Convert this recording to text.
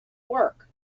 work